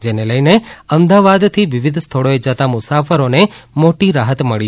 જેને લઇને અમદાવાદથી વિવિધ સ્થળોએ જતા મુસાફરોને મોટી રાહત મળી જશે